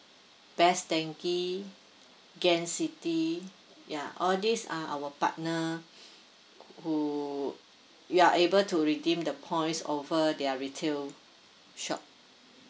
best denki gain city yeah all these are our partner who you are able to redeem the points over their retail shop